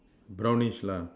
brownish lah